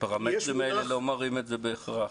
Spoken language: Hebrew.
הפרמטרים האלה לא מראים את זה בהכרח.